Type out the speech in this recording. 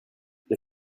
det